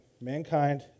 Mankind